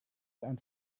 and